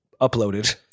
uploaded